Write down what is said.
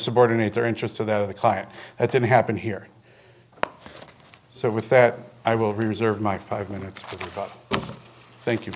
subordinate their interest to the client that didn't happen here so with that i will reserve my five minutes